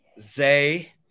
Zay